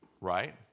Right